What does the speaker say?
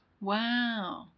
Wow